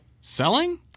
selling